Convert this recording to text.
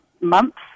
months